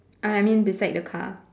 I mean beside the car